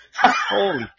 Holy